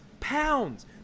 pounds